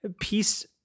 peace